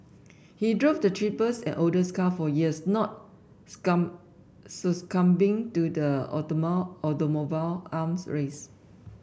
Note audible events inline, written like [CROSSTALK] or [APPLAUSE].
he drove the cheapest and oldest car for years not [UNINTELLIGIBLE] succumbing to the [UNINTELLIGIBLE] automobile arms race